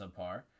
subpar